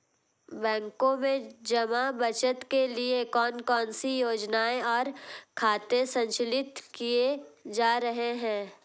बैंकों में जमा बचत के लिए कौन कौन सी योजनाएं और खाते संचालित किए जा रहे हैं?